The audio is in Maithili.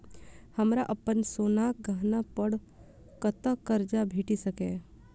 हमरा अप्पन सोनाक गहना पड़ कतऽ करजा भेटि सकैये?